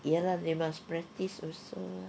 ya lah they must practice also lah